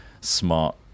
smart